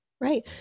Right